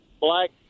black